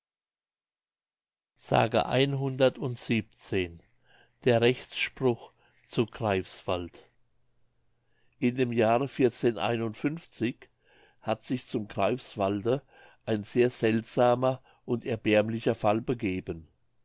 der rechtsspruch zu greifswald in dem jahre hat sich zum greifswalde ein sehr seltsamer und erbärmlicher fall begeben